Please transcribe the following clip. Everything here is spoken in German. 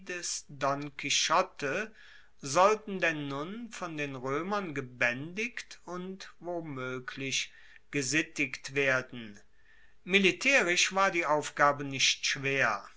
don quixote sollten denn nun von den roemern gebaendigt und womoeglich gesittigt werden militaerisch war die aufgabe nicht schwer